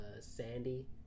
Sandy